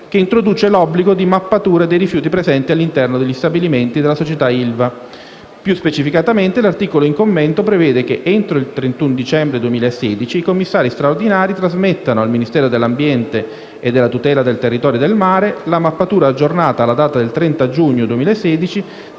che introduce l'obbligo di mappatura dei rifiuti presenti all'interno degli stabilimenti della società ILVA SpA. Più specificatamente l'articolo in commento prevede che, entro il 31 dicembre 2016, i commissari straordinari trasmettano al Ministero dell'ambiente e della tutela del territorio e del mare la mappatura aggiornata alla data del 30 giugno 2016